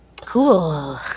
Cool